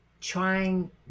trying